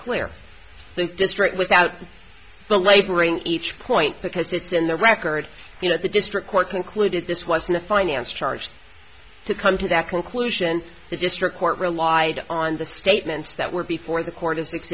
the district without belaboring each point because it's in the record you know the district court concluded this was the finance charge to come to that conclusion the district court relied on the statements that were before the court